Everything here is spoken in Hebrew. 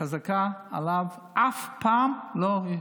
חזקה עליו, אף פעם לא.